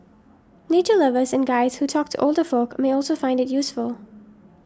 nature lovers and guides who talk to older folk may also find it useful